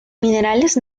minerales